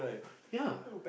ya